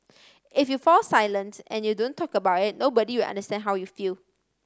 if you fall silent and you don't talk about it nobody will understand how you feel